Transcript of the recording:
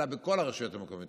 אלא בכל הרשויות המקומיות.